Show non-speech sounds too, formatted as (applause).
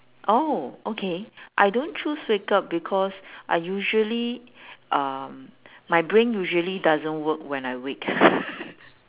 oh okay I don't choose wake up because I usually um my brain usually doesn't work when I wake (laughs)